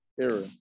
error